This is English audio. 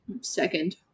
Second